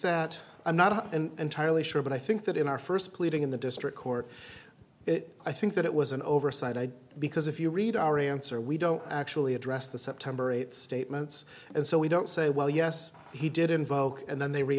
that i'm not entirely sure but i think that in our first pleading in the district court it i think that it was an oversight i do because if you read our answer we don't actually address the september eighth statements and so we don't say well yes he did invoke and then they re